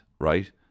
right